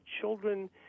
children